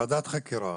יש ועדת חקירה,